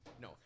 No